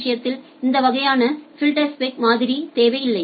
விஷயத்தில் இந்த வகையான ஃபில்டர்ஸ்பெக் மாதிரி தேவையில்லை